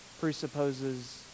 presupposes